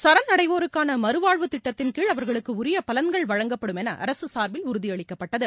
சரண் அடைவோருக்கான மறுவாழ்வு திட்டத்தின்கீழ் அவர்களுக்கு உரிய பலன்கள் வழங்கப்படும் என அரசு சார்பில் உறுதியளிக்கப்பட்டுள்ளது